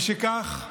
משכך,